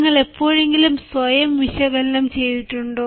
നിങ്ങൾ എപ്പോഴെങ്കിലും സ്വയം വിശകലനം ചെയ്തിട്ടുണ്ടോ